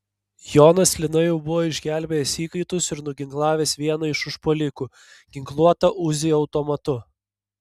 jonas lina jau buvo išgelbėjęs įkaitus ir nuginklavęs vieną iš užpuolikų ginkluotą uzi automatu